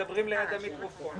תחשבו על מספר פניות הציבור,